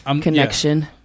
connection